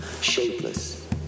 shapeless